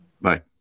Bye